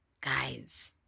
guys